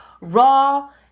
raw